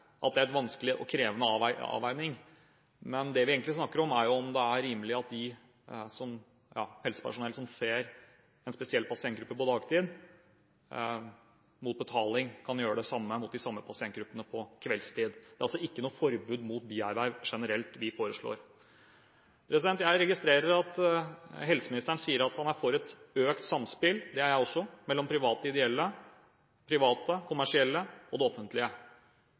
at det er en vanskelig og krevende avveining. Men det vi egentlig snakker om, er hvorvidt det er rimelig at helsepersonell som ser en spesiell pasientgruppe på dagtid, mot betaling kan gjøre det samme for den samme pasientgruppen på kveldstid. Det er altså ikke noe forbud mot bierverv generelt vi foreslår. Jeg registrerer at helseministeren sier at han er for et økt samspill – og det er jeg også – mellom private ideelle, private kommersielle og det offentlige.